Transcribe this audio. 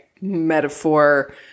Metaphor